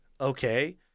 Okay